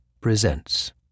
presents